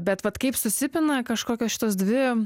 bet vat kaip susipina kažkokios šitos dvi